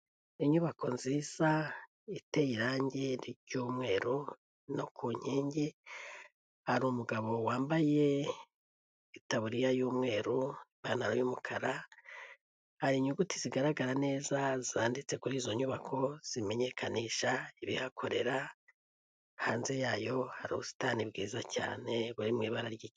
Inyubako nziza iteye irange ry'umweru no ku nkingi, hari umugabo wambaye itaburiya y'umweru, ipantaro y'umukara. Hari inyuguti zigaragara neza zanditse kuri izo nyubako zimenyekanisha ibihakorera, hanze yayo hari ubusitani bwiza cyane buri mu ibara ry'isi.